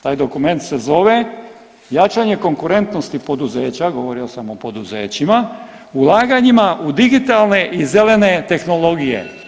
Taj dokument se zove jačanje konkurentnosti poduzeća, govorio sam o poduzećima, ulaganjima u digitalne i zelene tehnologije.